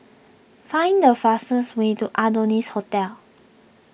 find the fastest way to Adonis Hotel